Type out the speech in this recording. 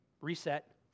reset